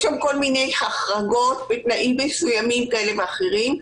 יש שם כל מיני החרגות בתנאים מסוימים כאלה ואחרים.